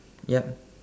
yup